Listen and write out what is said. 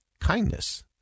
kindness